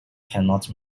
cannot